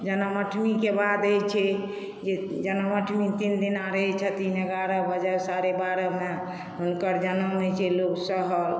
जन्मअष्टमी के बाद होइत छै जे जन्मअष्टमी तीन दिना रहैत छथिन एगारह बजे साढ़े बारहमे हुनकर जन्म होइत छै लोक सहल